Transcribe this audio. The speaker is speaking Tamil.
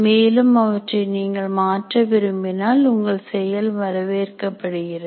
மேலும் அவற்றை நீங்கள் மாற்ற விரும்பினால் உங்கள் செயல் வரவேற்கப்படுகிறது